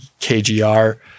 KGR